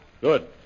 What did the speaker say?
Good